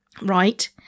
Right